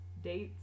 Dates